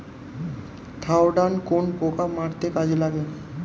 Thiodan কোন পোকা মারতে কাজে লাগে?